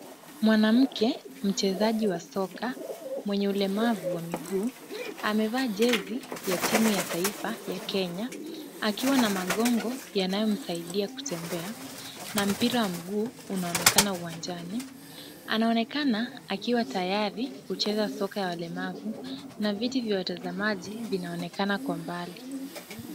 Mwanamke mchezaji wa soka, mwenye ulemavu wa miguu, amevaa jezi ya timu ya taifa ya Kenya akiwa na magongo yanayomsaidia kutembea na mpira wa mguu unaonekana uwanjani. Anaonekana akiwa tayari kucheza soka ya walemavu na viti vya watazamaji vinaonekana kwa mbali.